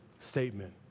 statement